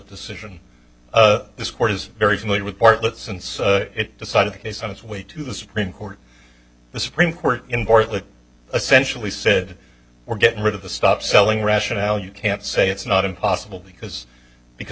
decision of this court is very familiar with bartlett since it decided the case on its way to the supreme court the supreme court in portland essentially said we're getting rid of the stop selling rationale you can't say it's not impossible because because